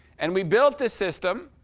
and we built this system,